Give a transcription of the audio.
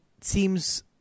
seems